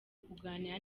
kuganira